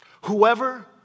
whoever